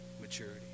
maturity